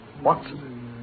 Watson